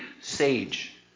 sage